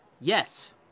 Yes